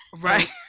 right